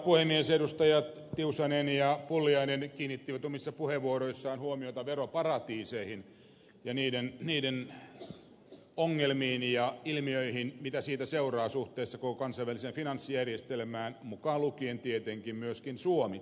edustajat tiusanen ja pulliainen kiinnittivät omissa puheenvuoroissaan huomiota veroparatiiseihin ja niiden ongelmiin ja ilmiöihin mitä niistä seuraa suhteessa koko kansainväliseen finanssijärjestelmään tietenkin myös suomi mukaan lukien